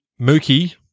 Mookie